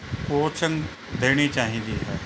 coaching ਦੇਣੀ ਚਾਹੀਦੀ ਹੈ